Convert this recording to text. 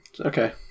okay